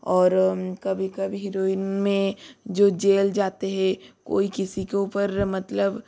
और कभी कभी हिरोइन में जो जेल जाते हैं कोई किसी के ऊपर मतलब